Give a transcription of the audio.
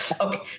Okay